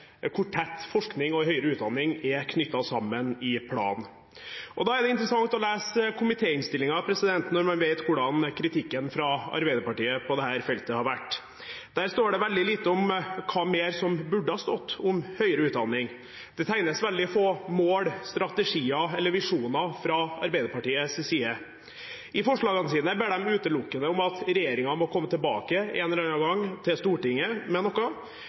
tett forskning og høyere utdanning er knyttet sammen i planen, og det er interessant å lese komitéinnstillingen når man vet hvordan kritikken fra Arbeiderpartiet på dette feltet har vært. Der står det veldig lite om hva mer som burde ha stått om høyere utdanning. Det tegnes veldig få mål, strategier eller visjoner fra Arbeiderpartiets side. I forslagene sine ber de utelukkende om at regjeringen må komme tilbake en eller annen gang til Stortinget med noe.